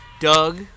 Doug